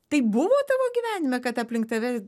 tai buvo tavo gyvenime kad aplink tave